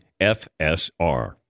FSR